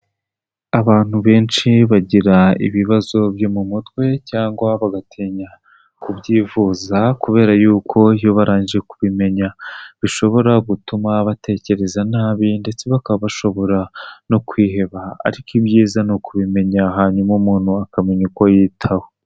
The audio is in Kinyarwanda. Abantu benshi bagira ibibazo byo mu mutwe cyangwa bagatinya kubyivuza kubera yuko iyo barangije kubimenya bishobora gutuma batekereza nabi ndetse bakaba bashobora no kwiheba, ariko ibyiza ni ukubimenya hanyuma umuntu akamenya uko yiyitaho.